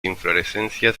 inflorescencias